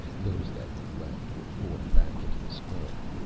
those that were left were borne back into the square,